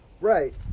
right